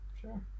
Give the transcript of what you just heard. Sure